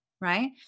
right